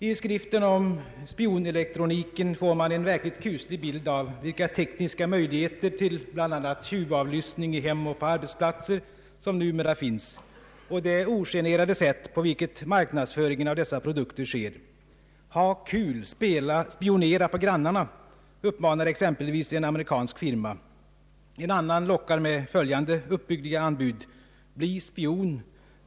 I skriften om spionelektronik får man en verkligt kuslig bild av vilka tekniska möjligheter till bl.a. tjuvavlyssning i hem och på arbetsplatser som numera finns och det ogenerade sätt på vilket marknadsföringen av dessa produkter sker. ”Ha kul! Spionera på grannarna”, uppmanar exempelvis en amerikansk firma. En annan lockar med följande uppbyggliga anbud: ”Bli spion!